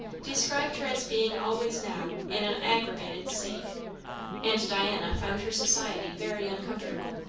described her as being always now in an aggravated state and diana found her society very uncomfortable.